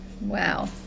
wow